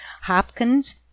Hopkins